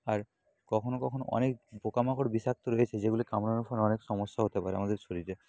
আর কখনও কখনও অনেক পোকা মাকড় বিষাক্ত রয়েছে যেগুলি কামড়ানোর ফলে অনেক সমস্যা হতে পারে আমাদের শরীরে